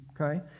Okay